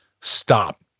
stop